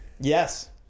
Yes